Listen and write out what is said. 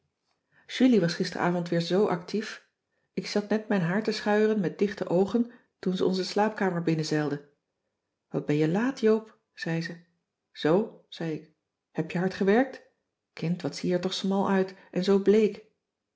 julie was gisteravond weer zoo actief ik zat net mijn haar te schuieren met dichte oogen toen ze onze slaapkamer binnenzeilde wat ben je laat joop zei ze zoo zei ik heb je hard gewerkt kind wat zie je er toch smal uit en zoo bleek